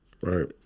Right